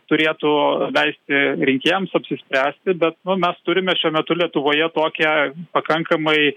turėtų leisti rinkėjams apsispręsti bet nu mes turime šiuo metu lietuvoje tokią pakankamai